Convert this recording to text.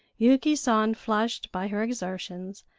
yuki san, flushed by her exertions,